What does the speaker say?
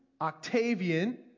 Octavian